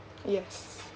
yes